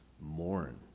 mourn